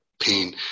pain